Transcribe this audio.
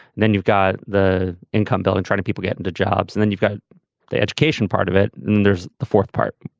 then you've got the income bill and try to people get into jobs and then you've got the education part of it. then there's the fourth part.